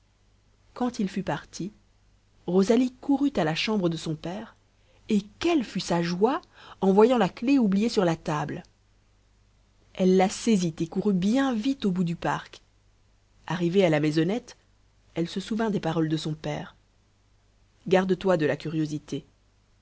quand il fut parti rosalie courut à la chambre de son père et quelle fut sa joie en voyant la clef oubliée sur la table elle la saisit et courut bien vite au bout du parc arrivée à la maisonnette elle se souvint des paroles de son père garde-toi de la curiosité